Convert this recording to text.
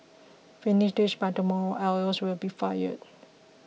finish this by tomorrow or else you'll be fired